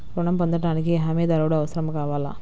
ఋణం పొందటానికి హమీదారుడు అవసరం కావాలా?